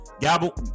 Gobble